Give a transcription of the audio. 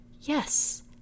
Yes